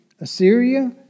Assyria